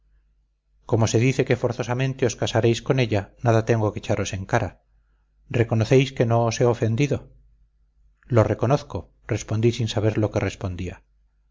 como se dice que forzosamente os casaréis con ella nada tengo que echaros en cara reconocéis que no os he ofendido lo reconozco respondí sin saber lo que respondía